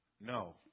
No